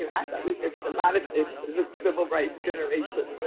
i thought we fixed a lot of things as a civil rights generation,